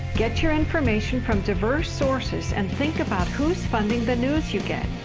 get your information from diverse sources and think about, who's funding the news you get!